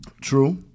True